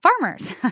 Farmers